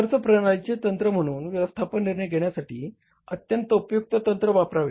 खर्च प्रणालीचे तंत्र म्हणून व्यवस्थापन निर्णय घेण्यासाठी अत्यंत उपयुक्त तंत्र वापरावे